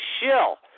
shill